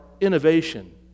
innovation